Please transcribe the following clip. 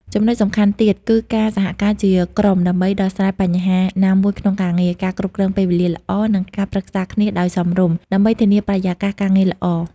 ចំណុចសំខាន់ទៀត គឺការសហការជាក្រុមដើម្បីដោះស្រាយបញ្ហាណាមួយក្នុងការងារ ការគ្រប់គ្រងពេលវេលាល្អ និងការប្រឹក្សាគ្នាដោយសមរម្យ ដើម្បីធានាបរិយាកាសការងារល្អ។